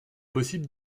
possible